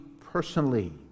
personally